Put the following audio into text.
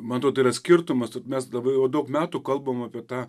man atrodo yra skirtumas vat mes dabar jau daug metų kalbam apie tą